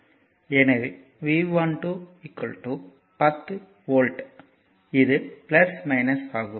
எனவே V12 10 volt இது ஆகும்